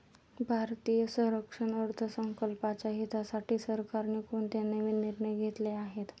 भारतीय संरक्षण अर्थसंकल्पाच्या हितासाठी सरकारने कोणते नवीन निर्णय घेतले आहेत?